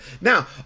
Now